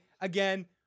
again